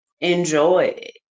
Enjoy